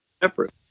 separate